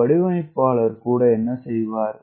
ஒரு வடிவமைப்பாளர் கூட என்ன செய்வார்